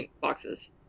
boxes